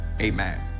Amen